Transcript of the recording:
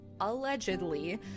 allegedly